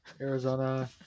Arizona